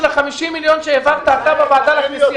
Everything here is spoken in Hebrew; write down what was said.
שזה לא היה סביב האירוע של ה-50 מיליון שהעברת אתה בוועדה לכנסייתיים.